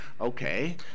okay